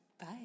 Bye